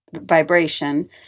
vibration